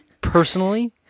Personally